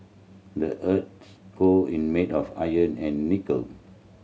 the earth's core in made of iron and nickel